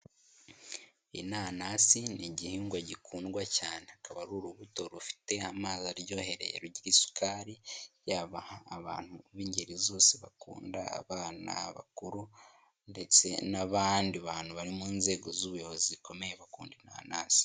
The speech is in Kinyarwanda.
Inanasi ni igihingwa gikundwa cyane, akaba ari urubuto rufite amazi aryoheye rujyira isukari yaba abantu b'ingeri zose bakunda abana bakuru ndetse n'abandi bantu bari mu nzego z'ubuyobozi zikomeye bakunda inanasi.